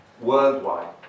worldwide